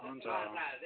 हुन्छ